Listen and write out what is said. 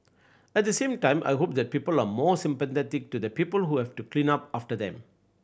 at the same time I hope that people are more sympathetic to the people who have to clean up after them